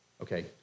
Okay